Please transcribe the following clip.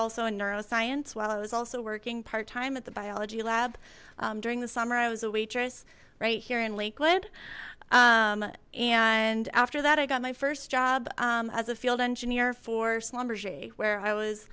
also in neuroscience while i was also working part time at the biology lab during the summer i was a waitress right here in lakewood and after that i got my first job as a field engineer for slumber shake where i was